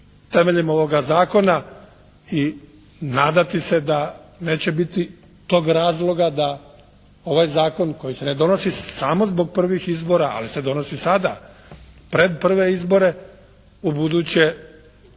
temeljem ovog zakona i nadati se da neće biti tog razloga da ovaj zakon koji se ne donosi samo zbog prvih izbora, ali se donosi sada pred prve izbore u buduće